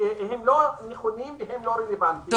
נכונים ולא רלוונטיים,